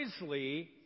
wisely